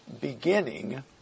beginning